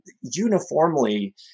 uniformly